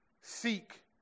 seek